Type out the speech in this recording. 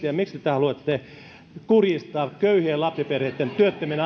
ja miksi te haluatte kurjistaa köyhien lapsiperheitten ja työttömien